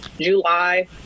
July